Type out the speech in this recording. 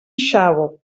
xavo